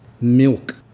milk